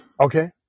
Okay